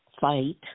Fight